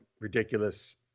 ridiculous